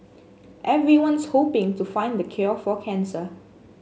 everyone's hoping to find the cure for cancer